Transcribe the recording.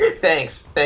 Thanks